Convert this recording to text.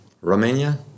Romania